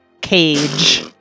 Cage